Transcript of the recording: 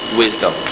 wisdom